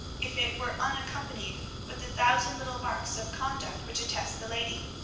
if it were unaccompanied with the thousand little marks of conduct which attest the lady.